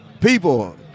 people